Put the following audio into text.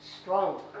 strong